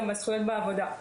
זכויות בעבודה.